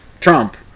Trump